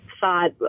thought